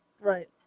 Right